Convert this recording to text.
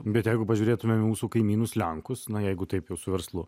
bet jeigu pažiūrėtumėme mūsų kaimynus lenkus na jeigu taip jau su verslu